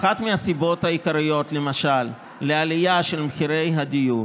אחת הסיבות העיקריות למשל לעלייה של מחירי הדיור